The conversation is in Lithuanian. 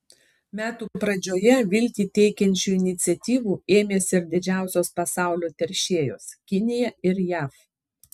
metų pradžioje viltį teikiančių iniciatyvų ėmėsi ir didžiausios pasaulio teršėjos kinija ir jav